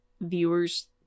viewers